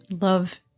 love